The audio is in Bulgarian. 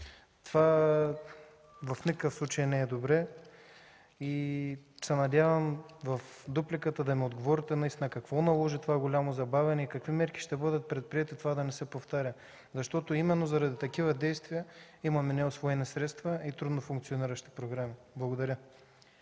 Това в никакъв случай не е добре. Надявам се, в дупликата да ми отговорите наистина какво наложи това голямо забавяне и какви мерки ще бъдат предприети това да не се повтаря? Именно заради такива действия имаме неусвоени средства и трудно функциониращи програми. Благодаря.